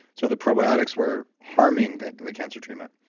so, the probiotics were harming the the cancer treatment